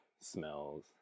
smells